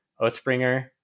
Oathbringer